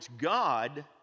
God